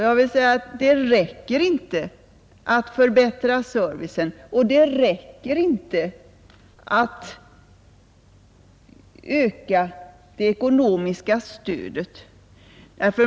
Jag vill säga att det räcker inte att förbättra servicen, och det räcker inte att öka det ekonomiska stödet.